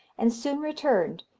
and soon returned,